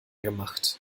gemacht